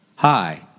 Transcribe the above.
Hi